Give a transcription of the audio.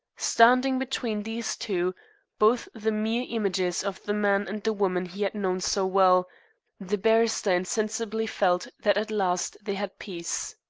standing between these two both the mere images of the man and the woman he had known so well the barrister insensibly felt that at last they had peace.